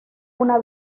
una